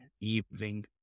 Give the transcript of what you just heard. evening